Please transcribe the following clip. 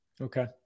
Okay